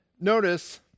notice